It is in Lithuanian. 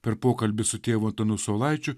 per pokalbį su tėvu antanu saulaičiu